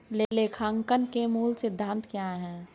लेखांकन के मूल सिद्धांत क्या हैं?